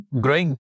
growing